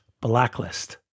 blacklist